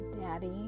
Daddy